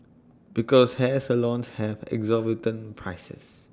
because hair salons have exorbitant prices